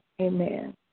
amen